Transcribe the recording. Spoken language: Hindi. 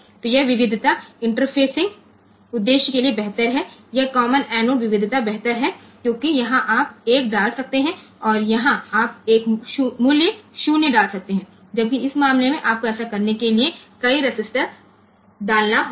तो यह विविधता इंटरफेसिंग उद्देश्य के लिए बेहतर है यह कॉमन एनोड विविधता बेहतर है क्योंकि यहां आप 1 डाल सकते हैं और यहां आप एक मूल्य 0 डाल सकते हैं जबकि इस मामले में आपको ऐसा करने के लिए कई रेसिस्टर डालना होगा